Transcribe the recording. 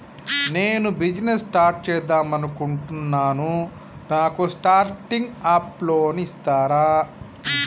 నేను business start చేద్దామనుకుంటున్నాను నాకు స్టార్టింగ్ అప్ లోన్ ఇస్తారా?